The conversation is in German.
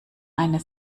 eine